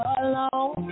alone